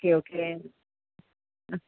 okay okay ആ